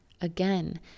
again